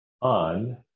on